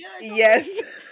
yes